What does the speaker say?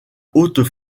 haute